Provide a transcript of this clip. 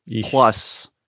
plus